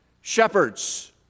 shepherds